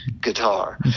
guitar